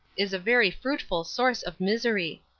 is a very fruitful source of misery.